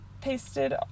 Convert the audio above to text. pasted